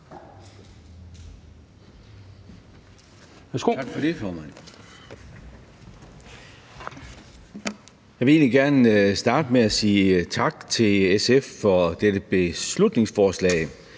Tak for det, formand. Jeg vil egentlig gerne starte med at sige tak til SF for dette beslutningsforslag